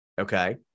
Okay